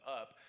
up